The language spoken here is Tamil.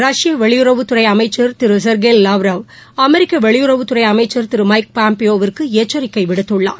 ரஷ்ய வெளியுறவுத்துறை அமைச்சர் திரு செர்கேல் லவ்ரவ் அமெரிக்க வெளியுறவுத்துறை அமைச்சர் திரு மைக் பாம்பியோவிற்கு எச்சரிக்கை விடுத்துள்ளார்